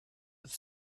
with